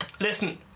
listen